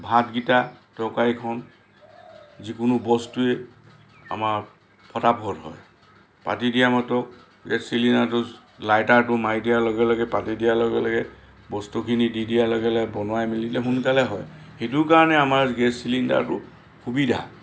ভাতকেইটা তৰকাৰীখন যিকোনো বস্তুৱে আমাৰ ফটাফট হয় পাতি দিয়া মাত্ৰ গেছ চিলিণ্ডাৰটো লাইটাৰটো মাৰি দিয়া লগে লগে পাতি দিয়া লগে লগে বস্তুখিনি দি দিয়াৰ লগে লগে সোনকালে হয় সেইটোৰ কাৰণে আমাৰ গেছ চিলিণ্ডাৰটো সুবিধা